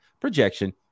projection